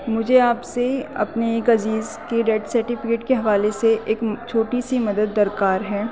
مجھے آپ سے اپنے عزیز کی ڈیٹھ سرٹیفکیٹ کے حوالے سے ایک چھوٹی سی مدد درکار ہے